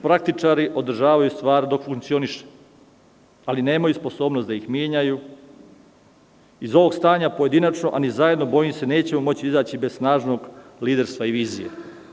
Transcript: Praktičari održavaju stvar dok funkcioniše, ali nemaju sposobnost da ih menjaju pojedinačno, a i zajedno nećemo moći izaći bez snažnog liderstva i vizije.